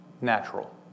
natural